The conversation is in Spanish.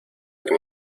que